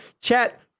chat